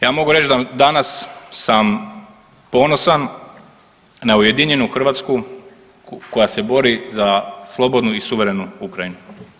Ja mogu reći da danas sam ponosan na ujedinjenu Hrvatsku koja se bori za slobodnu i suverenu Ukrajinu.